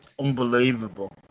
Unbelievable